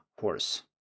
horse